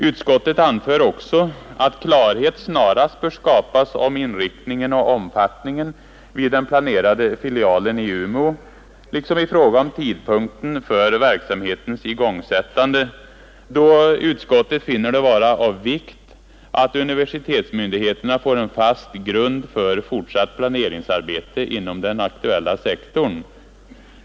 Utskottet anför också att klarhet snarast bör skapas om Fredagen den inriktningen av och omfattningen vid den planerade filialen i Umeå, 14 april 1972 liksom i fråga om tidpunkten för verksamhetens igångsättande, enär ———— utskottet finner det vara av vikt att universitetsmyndigheterna får en fast Medicinska fakulteterna m.m. grund för fortsatt planeringsarbete inom den aktuella sektorn.